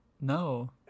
No